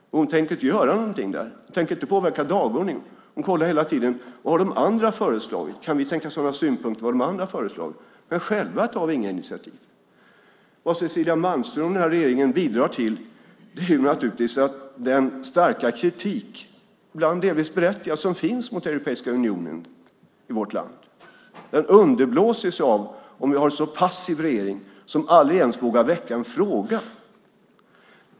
Men hon tänker inte göra någonting där. Hon tänker inte påverka dagordningen. Hon kollar hela tiden: Vad har de andra föreslagit? Kan vi tänkas ha några synpunkter på vad de andra har föreslagit? Men själva tar vi inga initiativ. Vad Cecilia Malmström och den här regeringen bidrar till är naturligtvis att den starka kritik, ibland delvis berättigad, som finns mot Europeiska unionen i vårt land, underblåses av om vi har en passiv regering som aldrig ens vågar väcka en fråga.